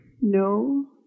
No